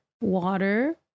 Water